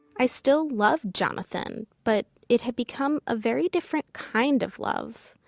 i still loved jonathan, but it had become a very different kind of love.